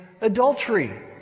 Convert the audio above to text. adultery